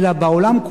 אלא בעולם,